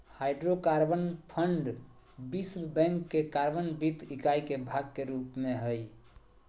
hydrocarbon fund विश्व bank के carbon वित्त इकाई के भाग के रूप में हइ